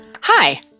Hi